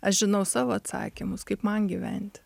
aš žinau savo atsakymus kaip man gyventi